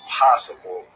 possible